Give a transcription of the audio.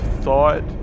thought